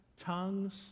tongues